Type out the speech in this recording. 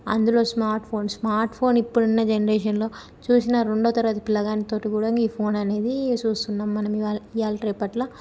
అందులో smartphones smartphone ఇప్పుడున్న జనరేషన్లో చూసినా రెండో తరగతి పిల్లగానితో కూడా ఈ ఫోన్ అనేది చూస్తున్నాం మనం ఇవాళ ఇయాళ రేపట్లో